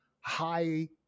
high